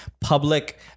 public